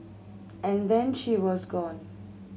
and then she was gone